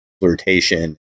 flirtation